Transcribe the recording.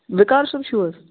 وِقار صٲب چھُو حظ